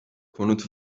konut